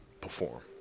perform